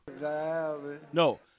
No